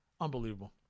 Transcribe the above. Unbelievable